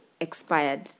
expired